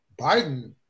Biden